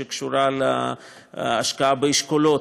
שקשורה להשקעה באשכולות,